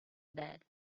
that